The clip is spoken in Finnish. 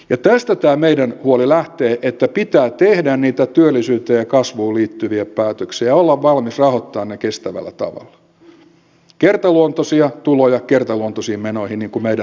tästä tämä meidän huolemme lähtee että pitää tehdä niitä työllisyyteen ja kasvuun liittyviä päätöksiä ja olla valmis rahoittamaan ne kestävällä tavalla kertaluontoisia tuloja kertaluontoisiin menoihin niin kuin meidän ohjelmassamme on